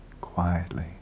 quietly